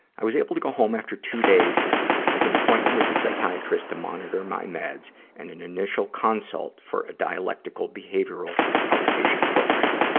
i was able to go home after two days with an appointment with a psychiatrist to monitor my meds and an initial consult for a dialectical behavioral out-patient program.